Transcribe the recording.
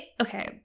okay